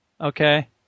Okay